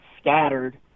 scattered